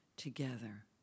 together